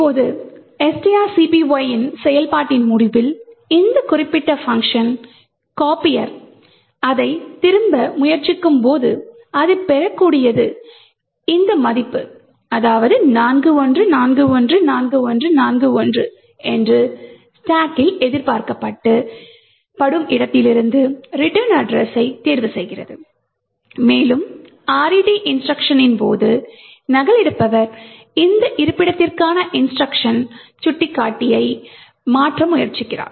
இப்போது strcpy இன் செயல்பாட்டின் முடிவில் இந்த குறிப்பிட்ட பங்க்ஷன் copier அதை திருப்ப முயற்சிக்கும்போது அது பெறக்கூடியது இந்த மதிப்பு 41414141 என்று ஸ்டேக்கில் எதிர்பார்க்கப்படும் இடத்திலிருந்து ரிட்டர்ன் அட்ரஸைத் தேர்வுசெய்கிறது மேலும் RET இன்ஸ்ட்ருக்ஷனின் போது நகலெடுப்பவர் இந்த இருப்பிடத்திற்கான இன்ஸ்ட்ருக்ஷன் சுட்டிக்காட்டி யை மாற்ற முயற்சிக்கிறார்